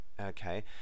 Okay